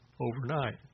overnight